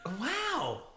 Wow